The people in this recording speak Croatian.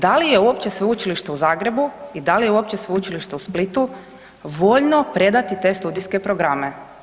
Da li je uopće Sveučilište u Zagrebu i da li je uopće Sveučilište u Splitu voljno predati te studijske programe?